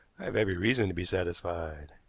i have every reason to be satisfied.